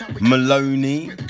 Maloney